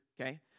okay